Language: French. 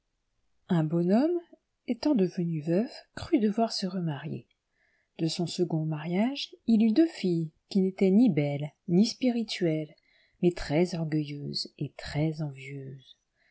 un bon homme étant devenu veuf crut devoir se remarier de son second mariage il eut deux filles qui n'étaient ni belles ni spirituelles mais trèsorgueilleuses et